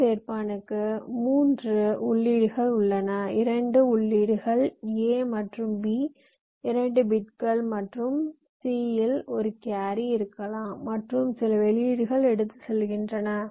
முழு சேர்ப்பானுக்கு 3 உள்ளீடுகள் உள்ளன 2 உள்ளீடுகள் A மற்றும் B 2 பிட்கள் மற்றும் C இல் ஒரு கேரி இருக்கலாம் மற்றும் சில வெளியீடுகள் எடுத்துச் செல்கின்றன